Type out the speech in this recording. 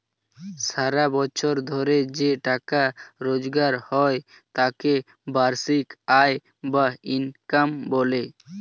সারা বছর ধরে যে টাকা রোজগার হয় তাকে বার্ষিক আয় বা ইনকাম বলে